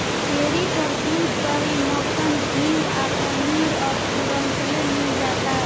dairy पर दूध, दही, मक्खन, घीव आ पनीर अब तुरंतले मिल जाता